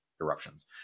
eruptions